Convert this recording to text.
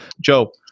Joe